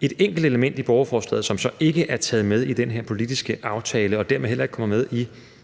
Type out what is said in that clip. et enkelt element i lovforslaget, som så ikke er taget med i den her politiske aftale og dermed heller ikke kommer med i